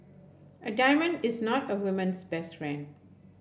a diamond is not a woman's best friend